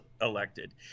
elected